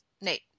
nate